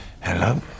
Hello